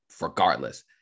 regardless